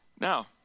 Now